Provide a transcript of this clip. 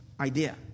idea